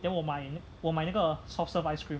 then 我买我买那个 soft serve ice cream